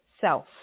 self